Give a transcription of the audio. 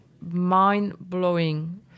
mind-blowing